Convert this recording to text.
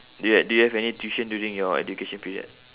do yo~ do you have any tuition during your education period